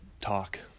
Talk